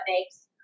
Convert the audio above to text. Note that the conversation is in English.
makes